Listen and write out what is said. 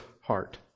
heart